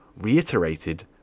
reiterated